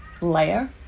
layer